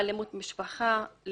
באלימות במשפחה,